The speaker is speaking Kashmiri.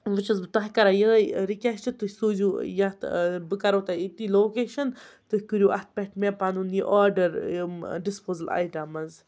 وٕ چھس بہٕ تۄہہِ کَران یِہٕے رِکٮ۪سٹہٕ تُہۍ سوٗزیو یَتھ بہٕ کَرو تۄہہِ أتی لوکیشَن تُہۍ کٔرِو اَتھ پٮ۪ٹھ مےٚ پَنُن یہِ آرڈَر یِم ڈِسپوزَل آیٹمٕز